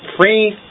free